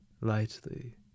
lightly